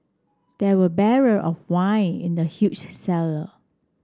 there were barrel of wine in the huge cellar